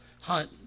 hunt